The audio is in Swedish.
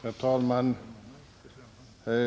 Herr talman!